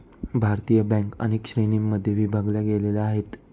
भारतीय बँका अनेक श्रेणींमध्ये विभागल्या गेलेल्या आहेत